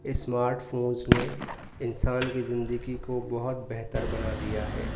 smart phones نے انسان کی زندگی کو بہت بہتر بنا دیا ہے